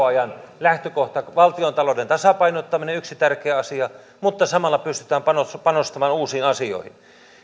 ajan lähtökohta valtiontalouden tasapainottaminen on yksi tärkeä asia mutta samalla pystytään panostamaan uusiin asioihin